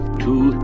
two